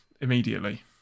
immediately